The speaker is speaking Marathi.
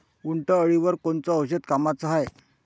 उंटअळीवर कोनचं औषध कामाचं हाये?